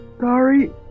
Sorry